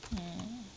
mm